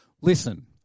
Listen